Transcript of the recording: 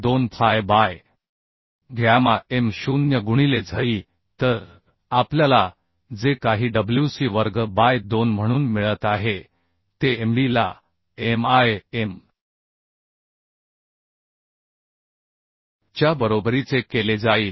2fy by gamma m0 गुणिले z e तर आपल्याला जे काही wc वर्ग बाय 2 म्हणून मिळत आहे ते md ला me m च्या बरोबरीचे केले जाईल